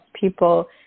people